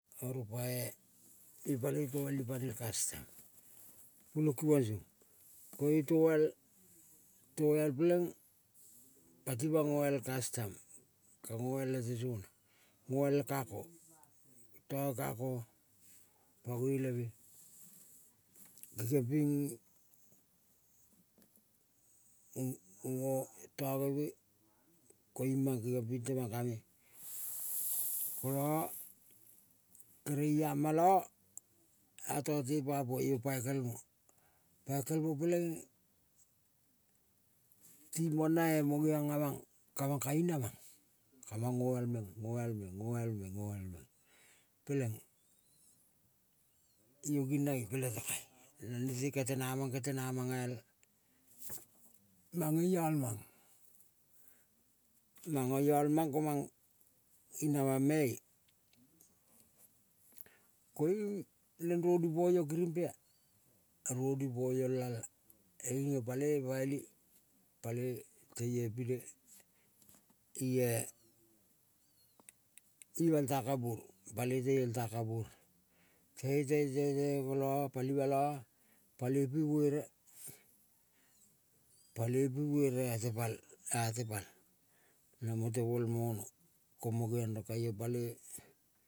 Oro pae ti paloi toial ipane ele kastam bulokumang song koio toal, toial peleng pati mang mgoal kastam. Ka ngoal late sona. Ngoal la kako tange kako pangoi leme kiang ping ngo, ngo tange me. Koiung mang kengiong pi temang kame, kola kere iama la ata te papua io paikel mo. Paikel mo peleing, timong nae mo geong amang. Kamang ka ina mang kamang ngoal meng, ngoal meng. Ngoal meng, ngoal meng peleng io ginaio peleng tong ae na nete kete namang. Kete namang, a-al, mange ial mang. Manga ial mang komang inamang me-e koiung neng roni poio kirimpea ronipo lala. Koing io paloi paili, paloi teio ipine ie imal takabur, paloi teio el takabur. Teio, teio, teio, teio kola palima la paloi pi vere, paloi pi vere a tepal, a tepal namo tomol mono. Komo geong rong kaio paloi.